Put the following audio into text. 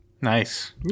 Nice